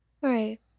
Right